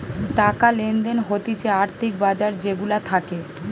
টাকা লেনদেন হতিছে আর্থিক বাজার যে গুলা থাকে